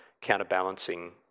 counterbalancing